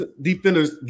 defenders